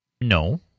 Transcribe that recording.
No